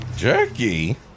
Jerky